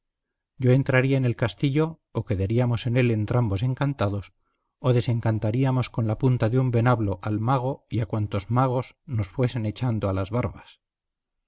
yo entraría en el castillo o quedaríamos en él entrambos encantados o desencantaríamos con la punta de un venablo al mago y a cuantos magos nos fuesen echando a las barbas